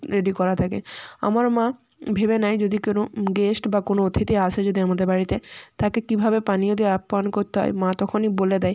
ready করা থাকে আমার মা ভেবে নেয় যদি কোনো গেস্ট বা কোনো অথিথি আসে যদি আমাদের বাড়িতে তাকে কীভাবে পানীয় দিয়ে আপ্যায়ন করতে হয় মা তখনই বলে দেয়